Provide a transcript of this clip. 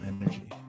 energy